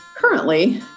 Currently